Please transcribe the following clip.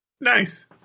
Nice